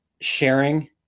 sharing